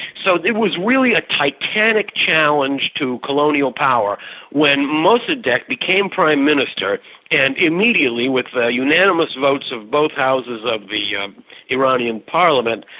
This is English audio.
so it was really a titanic challenge to colonial power when mossadeq became prime minister and immediately with the unanimous votes of both houses of the um iranian parliament,